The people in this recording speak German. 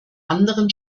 anderen